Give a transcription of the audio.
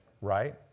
right